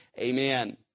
Amen